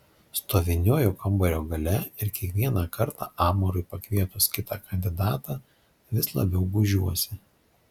stoviniuoju kambario gale ir kiekvieną kartą amarui pakvietus kitą kandidatą vis labiau gūžiuosi